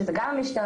שזה גם המשטרה,